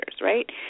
right